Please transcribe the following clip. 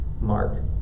Mark